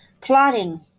plotting